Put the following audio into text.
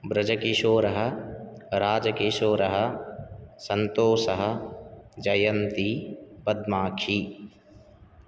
व्रजकिशोरः राजकीशोरः सन्तोषः जयन्ती पद्माक्षी